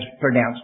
pronounced